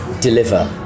deliver